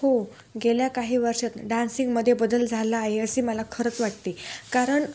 हो गेल्या काही वर्षात डान्सिंगमध्ये बदल झाला आहे असे मला खरंच वाटते कारण